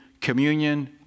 communion